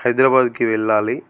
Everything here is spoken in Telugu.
హైదరాబాదుకి వెళ్ళాలి